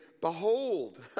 Behold